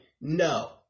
No